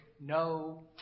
no